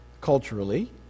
culturally